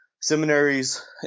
Seminaries